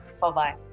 bye-bye